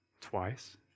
twice